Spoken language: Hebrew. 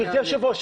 גברתי היושבת ראש,